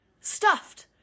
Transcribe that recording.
Stuffed